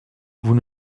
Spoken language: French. vous